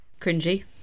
Cringy